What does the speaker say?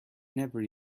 never